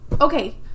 Okay